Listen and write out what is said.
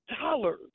dollars